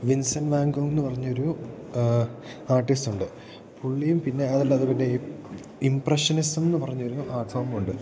Vincent van Gogh എന്ന് പറഞ്ഞ ഒരു ആർട്ടിസ്റ്റ് ഉണ്ട് പുള്ളിയും പിന്നെ അതല്ല അതുപിന്നെ ഇമ്പപ്രഷനിസം എന്ന് പറഞ്ഞൊരു ആർട്ട് ഫോമുണ്ട്